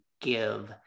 give